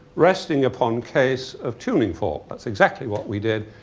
resting upon case of tuning fork. that's exactly what we did.